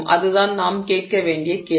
அதுதான் நாம் கேட்க வேண்டிய கேள்வி